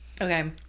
Okay